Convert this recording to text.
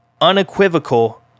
unequivocal